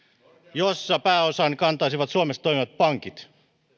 jossa pääosan kantaisivat suomessa toimivat pankit